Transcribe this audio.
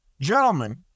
Gentlemen